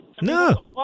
No